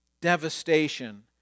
Devastation